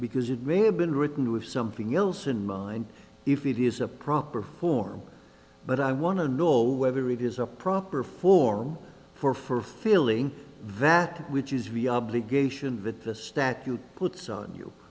because it may have been written to have something else in mind if it is a proper form but i want to know whether it is a proper form for for filling that which is to be obligation that the statute puts on you